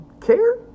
Care